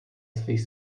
svých